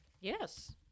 Yes